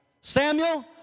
Samuel